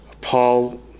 Paul